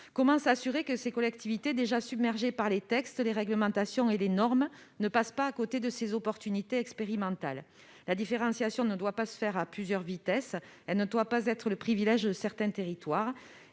Comment s'assurer que ces collectivités, déjà submergées par les textes, les réglementations et les normes, ne passent pas à côté de cette opportunité d'expérimenter ? La différenciation ne doit pas se faire à plusieurs vitesses. Elle ne doit pas être le privilège de certains territoires.